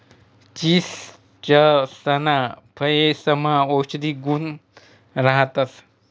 चीचसना फयेसमा औषधी गुण राहतंस